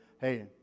hey